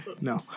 no